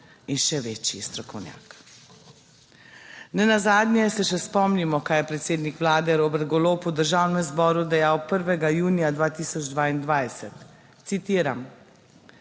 in še večji strokovnjak. Nenazadnje se še spomnimo, kaj je predsednik Vlade Robert Golob v Državnem zboru dejal 1.junija 2022, citiram: